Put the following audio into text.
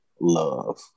love